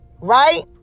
Right